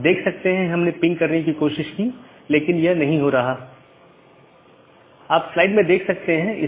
गम्यता reachability की जानकारी update message द्वारा आदान प्रदान की जाती है